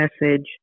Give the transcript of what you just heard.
message